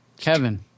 Kevin